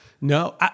No